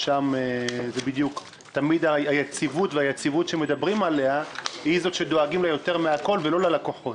ששם תמיד דואגים ליציבות יותר מהכול, ולא ללקוחות.